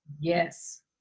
Yes